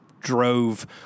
drove